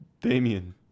Damien